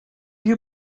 you